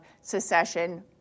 secession